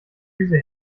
gemüse